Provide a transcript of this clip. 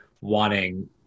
wanting